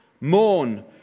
Mourn